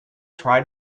try